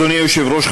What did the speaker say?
אדוני היושב-ראש,